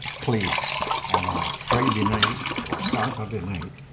place on a friday night or a saturday night